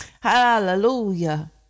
Hallelujah